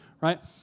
right